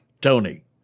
Tony